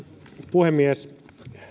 puhemies